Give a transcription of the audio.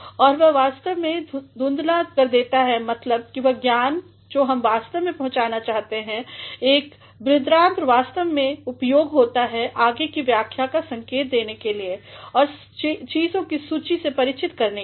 और वह वास्तव में धुंदला कर देता है मतलब की वह ज्ञान जो हम वास्तव में पहुंचाना चाहते हैं एक बृहदान्त्र वास्तव में उपयोग होता है आगे की व्याख्या का संकेत देने के लिए और चीज़ों की सूची से परिचित करने के लिए